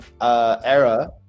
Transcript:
era